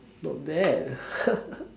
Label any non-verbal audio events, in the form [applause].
not bad [laughs]